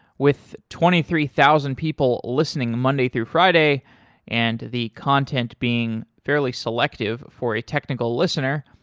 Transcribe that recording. with twenty three thousand people listening monday through friday and the content being fairly selective for a technical listener,